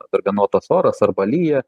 darganotas oras arba lyja